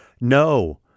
No